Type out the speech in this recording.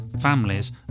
families